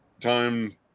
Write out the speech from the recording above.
time